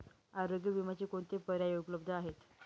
आरोग्य विम्याचे कोणते पर्याय उपलब्ध आहेत?